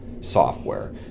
software